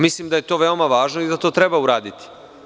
Mislim da je to veoma važno i da to treba uraditi.